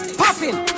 popping